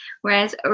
Whereas